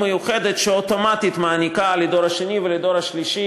מיוחדת שאוטומטית מעניקה לדור השני ולדור השלישי,